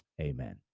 Amen